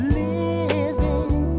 living